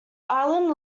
island